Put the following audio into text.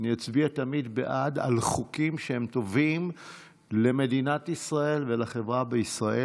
אני אצביע תמיד בעד על חוקים שהם טובים למדינת ישראל ולחברה בישראל.